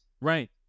Right